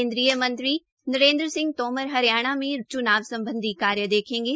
केन्द्रीय मंत्री नरेन्द्र सिंह तोमर हरियाणा में चूनाव सम्बधी कार्य देखेंगे